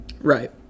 Right